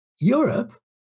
europe